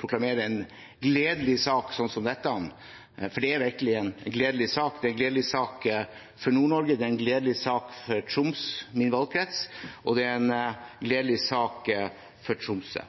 proklamere en gledelig sak som denne, for dette er virkelig en gledelig sak. Det er en gledelig sak for Nord-Norge, det er en gledelig sak for Troms, min valgkrets, og det er en gledelig sak for Tromsø.